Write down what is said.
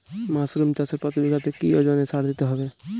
Mushroom চাষে প্রতি বিঘাতে কি ওজনে সার দিতে হবে?